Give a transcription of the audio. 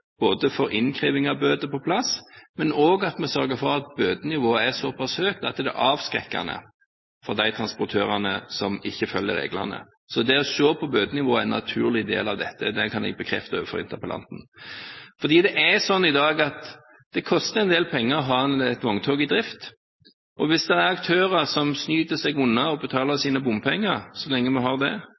sørger for at bøtenivået er såpass høyt at det er avskrekkende for de transportørene som ikke følger reglene. Det å se på bøtenivået er en naturlig del av dette. Det kan jeg bekrefte overfor interpellanten. Det koster en del penger å ha et vogntog i drift. Hvis noen aktører sniker seg unna å betale bompenger, så lenge vi har det,